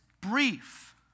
brief